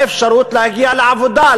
באפשרות להגיע לעבודה,